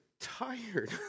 tired